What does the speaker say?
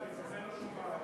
אז למה ויתרנו?